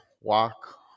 Walk